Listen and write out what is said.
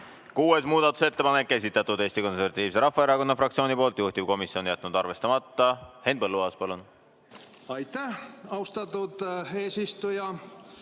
Kuues muudatusettepanek, esitanud Eesti Konservatiivse Rahvaerakonna fraktsioon, juhtivkomisjon jätnud arvestamata. Henn Põlluaas, palun! Aitäh, austatud eesistuja!